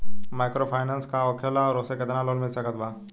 Microfinance का होखेला और ओसे केतना लोन मिल सकत बा?